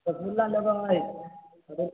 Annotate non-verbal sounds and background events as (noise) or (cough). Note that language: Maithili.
रसगुल्ला लेबै आओर (unintelligible)